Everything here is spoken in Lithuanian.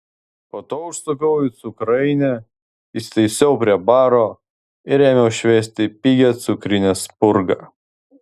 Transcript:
po to užsukau į cukrainę įsitaisiau prie baro ir ėmiau šveisti pigią cukrinę spurgą